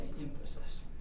emphasis